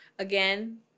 Again